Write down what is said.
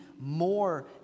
more